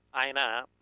Aina